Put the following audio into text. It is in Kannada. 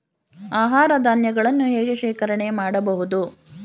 ಆಹಾರ ಧಾನ್ಯಗಳನ್ನು ಹೇಗೆ ಶೇಖರಣೆ ಮಾಡಬಹುದು?